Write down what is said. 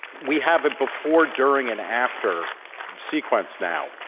we have a before, during, and after sequence now,